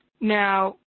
Now